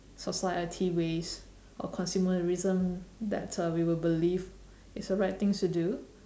society ways or consumerism that uh we will believe is the right things to do